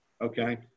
okay